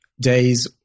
days